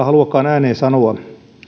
haluakaan ääneen sanoa